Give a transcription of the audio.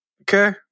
Okay